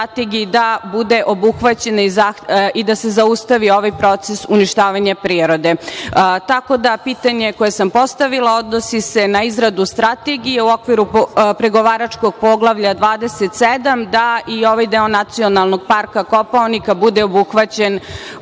da bude obuhvaćen i da se zaustavi i ovaj proces uništavanja prirode. Tako da pitanje koje sam postavila odnosi se na izradu strategije u okviru pregovaračkog Poglavlja 27 da i ovaj deo Nacionalnog parka Kopaonika bude obuhvaćen